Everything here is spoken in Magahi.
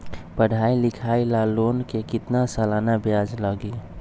पढाई लिखाई ला लोन के कितना सालाना ब्याज लगी?